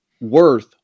worth